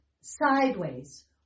sideways